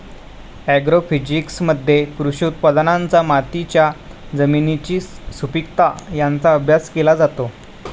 ॲग्रोफिजिक्समध्ये कृषी उत्पादनांचा मातीच्या जमिनीची सुपीकता यांचा अभ्यास केला जातो